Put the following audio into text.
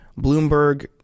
Bloomberg